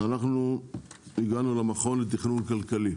הגענו למכון לתכנון כלכלי.